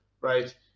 right